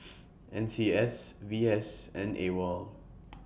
N C S V S and AWOL